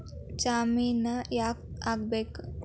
ಜಾಮಿನ್ ಯಾಕ್ ಆಗ್ಬೇಕು?